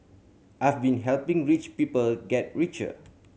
I've been helping rich people get richer